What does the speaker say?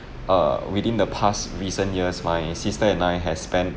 err within the past recent years my sister and I has spent